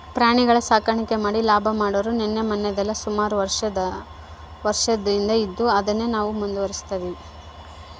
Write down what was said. ಪ್ರಾಣಿಗುಳ ಸಾಕಾಣಿಕೆ ಮಾಡಿ ಲಾಭ ಮಾಡಾದು ನಿನ್ನೆ ಮನ್ನೆದಲ್ಲ, ಸುಮಾರು ವರ್ಷುದ್ಲಾಸಿ ಇದ್ದು ಅದುನ್ನೇ ನಾವು ಮುಂದುವರಿಸ್ತದಿವಿ